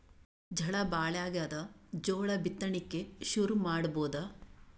ಝಳಾ ಭಾಳಾಗ್ಯಾದ, ಜೋಳ ಬಿತ್ತಣಿಕಿ ಶುರು ಮಾಡಬೋದ?